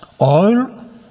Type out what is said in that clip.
Oil